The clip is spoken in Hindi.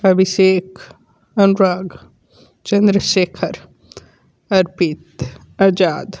अभिषेक अनुराग चंद्रशेखर अर्पित अज़ाद